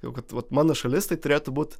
jau kad vat mano šalis tai turėtų būt